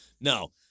No